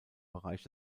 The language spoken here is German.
bereich